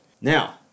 Now